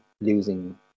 losing